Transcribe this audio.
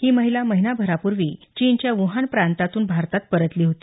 ही महिला महिनाभरापूर्वी चीनच्या वुहान प्रांतातून भारतात परतली होती